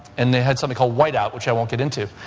and they had something called whiteout which i won't get into.